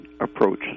approach